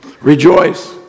Rejoice